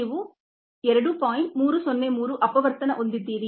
303 factor ಹೊಂದಿದ್ದೀರಿ